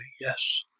yes